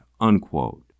unquote